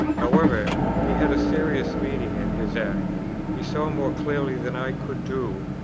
however, he had a serious meaning in his act he saw, more clearly than i could do,